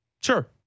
Sure